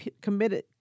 committed